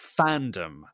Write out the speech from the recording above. fandom